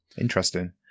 interesting